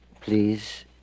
please